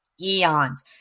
eons